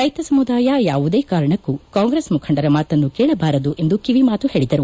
ರೈತ ಸಮುದಾಯ ಯಾವುದೇ ಕಾರಣಕ್ಕೂ ಕಾಂಗೆಸ್ ಮುಖಂಡರ ಮಾತನ್ತು ಕೇಳಬಾರದು ಎಂದು ಕಿವಿ ಮಾತು ಹೇಳಿದರು